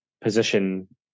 position